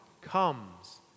comes